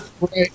Right